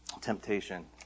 temptation